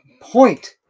point